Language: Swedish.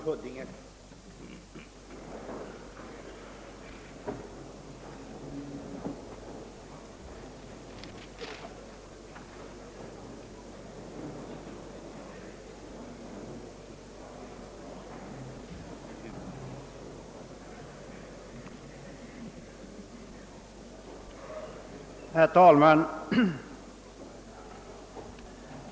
Herr talman!